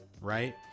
right